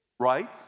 right